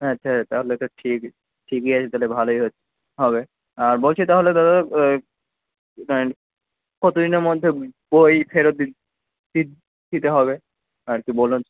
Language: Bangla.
আচ্ছা তাহলে তো ঠিকই ঠিকই আছে তালে ভালোই হচ হবে আর বলছি তাহলে দাদা ওই মানে কতদিনের মধ্যে বই ফেরত দিতে হবে আর কি বলুন